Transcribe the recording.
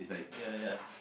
ya ya